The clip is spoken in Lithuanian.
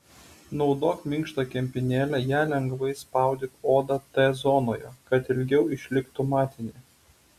naudok minkštą kempinėlę ja lengvai spaudyk odą t zonoje kad ilgiau išliktų matinė